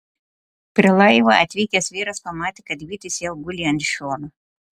prie laivo atvykęs vyras pamatė kad vytis jau guli ant šono